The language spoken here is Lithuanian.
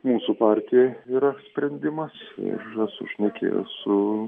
mūsų partijai yra sprendimas ir aš esu šnekėjęs su